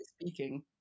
speaking